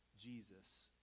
Jesus